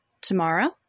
tomorrow